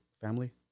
family